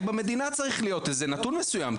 - במדינה צריך להיות איזה נתון מסוים,